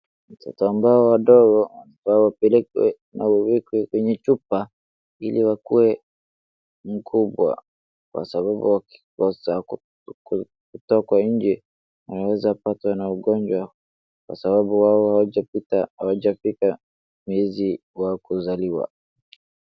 Watoto ambao wadogo wafaa wapelekwe na wawekwe kwenye chupa ili wakuwe mkubwa kwa sababu wakikosa kutoka nje wanaweza patwa na ugonjwa kwa sababu wao hawajafika miezi wa kuzaliwa.